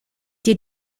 dir